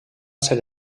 ser